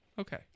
Okay